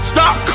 Stop